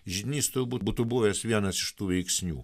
žynys turbūt būtų buvęs vienas iš tų veiksnių